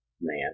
man